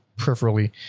peripherally